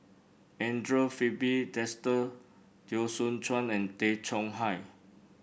Andre Filipe Desker Teo Soon Chuan and Tay Chong Hai